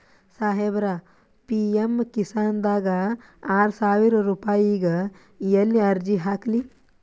ಸಾಹೇಬರ, ಪಿ.ಎಮ್ ಕಿಸಾನ್ ದಾಗ ಆರಸಾವಿರ ರುಪಾಯಿಗ ಎಲ್ಲಿ ಅರ್ಜಿ ಹಾಕ್ಲಿ?